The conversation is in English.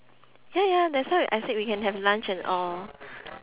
ya ya that's why I said we can have lunch and all